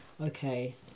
okay